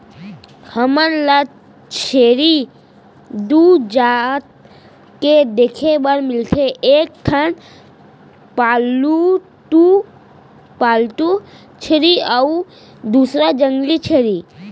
हमन ल छेरी दू जात के देखे बर मिलथे एक ठन पालतू छेरी अउ दूसर जंगली छेरी